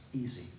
easy